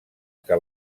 que